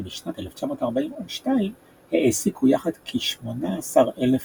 שבשנת 1942 העסיקו יחד כ-18,000 יהודים.